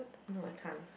no I can't